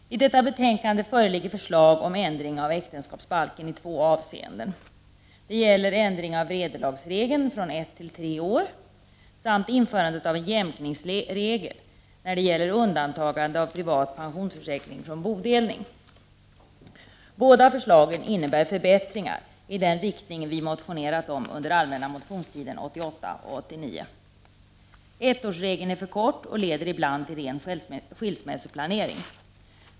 Herr talman! I detta betänkande föreligger förslag om ändring av äktenskapsbalken i två avseenden. Det gäller ändring av vederlagsregeln från ett till tre år samt införande av en jämkningsregel när det gäller undantag av privata pensionsförsäkringar från bodelning. Båda förslagen innebär förbättringar i den riktning vi motionerat om under den allmänna motionstiden 1988 och 1989. Ettårsregeln är för kort och leder ibland till ren skilsmässoplanering.